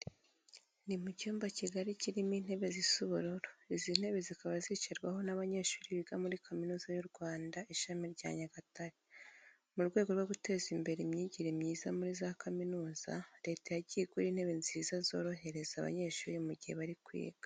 Ni mu cyumba kigari kirimo intebe zisa ubururu, izi ntebe zikaba zicarwaho n'abanyeshuri biga muri Kaminuza y'u Rwanda ishami rya Nyagatare. Mu rwego rwo guteza imbere imyigire myiza muri za kaminuza, Leta yagiye igura intebe nziza zorohereza abanyeshuri igihe bari kwiga.